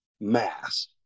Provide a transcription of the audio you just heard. mass